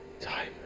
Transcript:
time